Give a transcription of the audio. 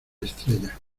estrella